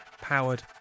powered